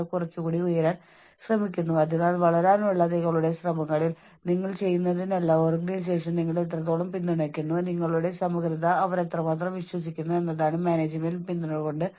എന്നാൽ എങ്ങനെയെങ്കിലും ചില ഘട്ടങ്ങളിൽ നിങ്ങളുടെ യുക്തിസഹമായ ചിന്ത ആ റോള് എന്താണെന്ന് നിങ്ങളുടെ മനസ്സിൽ നിങ്ങൾ വിചാരിച്ചതും ഓർഗനൈസേഷൻ നിങ്ങളിൽ നിന്ന് ആ റോളിൽ എന്താണ് പ്രതീക്ഷിച്ചതും ഇവ രണ്ടിന്റെയും വിന്യാസം ചേരുന്നില്ലങ്കിൽ നിങ്ങൾക്ക് അത് സുഗകരമായി തോന്നില്ല